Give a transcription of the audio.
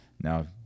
Now